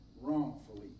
wrongfully